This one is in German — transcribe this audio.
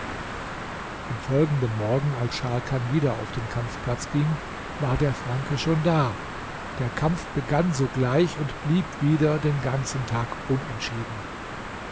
am folgenden morgen als scharkan wieder auf den kampfplatz ging war der franke schon da der kampf begann sogleich und blieb wieder den ganzen tag unentschieden